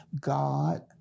God